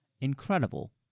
incredible